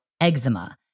eczema